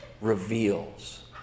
reveals